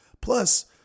Plus